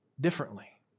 differently